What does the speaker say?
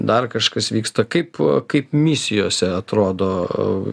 dar kažkas vyksta kaip kaip misijose atrodo